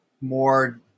more